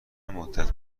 مدت